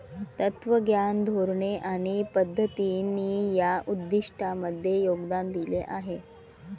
तत्त्वज्ञान, धोरणे आणि पद्धतींनी या उद्दिष्टांमध्ये योगदान दिले आहे